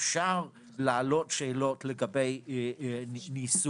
אפשר להעלות שאלות לגבי ניסוח,